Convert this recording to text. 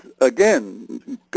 again